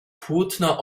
płótno